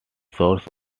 source